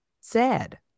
sad